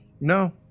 No